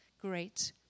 great